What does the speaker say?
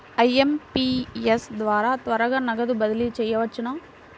IMPS ద్వారా త్వరగా నగదు బదిలీ చేయవచ్చునా?